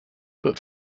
but